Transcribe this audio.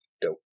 Dope